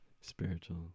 spiritual